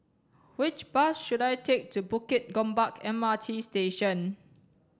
which bus should I take to Bukit Gombak M R T Station